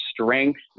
strength